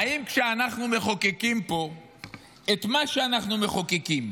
האם כשאנחנו מחוקקים פה את מה שאנחנו מחוקקים,